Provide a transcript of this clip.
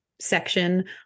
section